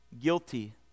guilty